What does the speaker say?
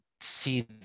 see